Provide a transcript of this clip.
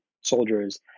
soldiers